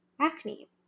acne